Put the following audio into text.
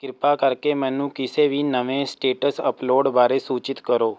ਕਿਰਪਾ ਕਰਕੇ ਮੈਨੂੰ ਕਿਸੇ ਵੀ ਨਵੇਂ ਸਟੇਟਸ ਅਪਲੋਡ ਬਾਰੇ ਸੂਚਿਤ ਕਰੋ